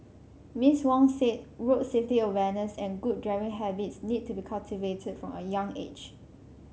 Miss Wong said road safety awareness and good driving habits need to be cultivated from a young age